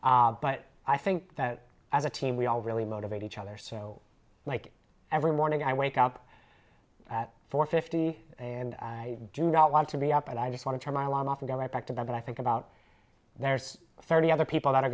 i think that as a team we all really motivate each other so like every morning i wake up at four fifty i do not want to be up and i just want to turn my alarm off and go right back to that i think about there's thirty other people that are